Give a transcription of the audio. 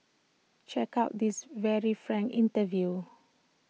check out this very frank interview